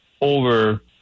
over